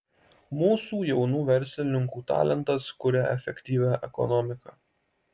mūsų jaunų verslininkų talentas kuria efektyvią ekonomiką